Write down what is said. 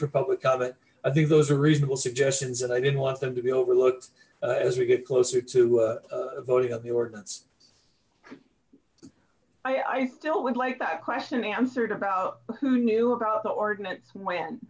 for public comment i think those are reasonable suggestions and i didn't want them to be overlooked as we get closer to voting on the ordinance i i still would like that question answered about who knew about the ordinance when